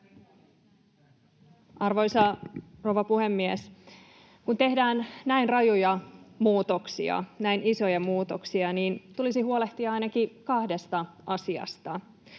Arvoisa rouva puhemies! Kun tehdään näin rajuja muutoksia, näin isoja muutoksia, niin tulisi huolehtia ainakin kahdesta asiasta: